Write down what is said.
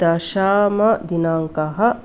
दशमदिनाङ्कः